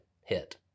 hit